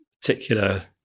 particular